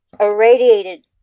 irradiated